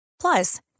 Plus